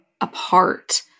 apart